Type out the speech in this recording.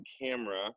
camera